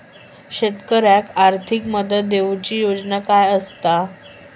शेतकऱ्याक आर्थिक मदत देऊची योजना काय आसत?